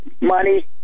money